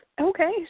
Okay